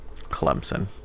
Clemson